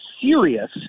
serious